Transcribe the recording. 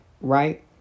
right